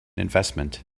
investment